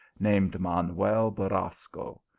named manuel borasco,